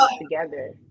together